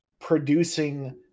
producing